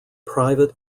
private